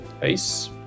Peace